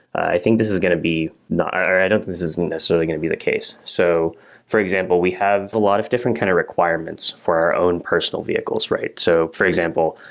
i think this is going to be not or i don't think this isn't necessarily going to be the case so for example, we have a lot of different kind of requirements for our own personal vehicles, right? so for example,